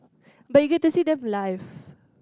but you get to see them live